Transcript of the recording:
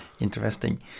Interesting